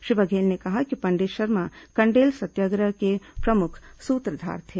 श्री बघेल ने कहा कि पंडित शर्मा कंडेल सत्याग्रह के प्रमुख सूत्रधार थे